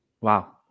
Wow